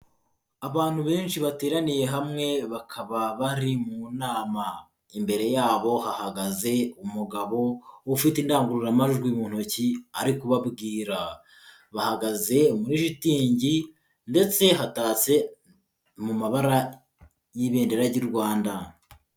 Abantu benshi bateraniye hamwe bakaba bari mu nama, imbere yabo hahagaze umugabo ufite indangururamajwi mu ntoki ari kubabwira, bahagaze muri shitingi ndetse hatatse mu mabara y'Ibendera ry'u Rwanda.